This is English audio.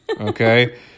Okay